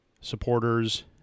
supporters